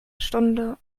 stunde